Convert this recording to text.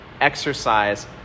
exercise